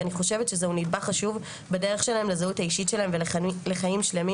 ואני חושבת שזה נדבך חשוב בדרך שלהם לזהות האישית שלהם ולחיים שלמים,